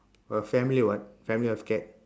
a family what family of cat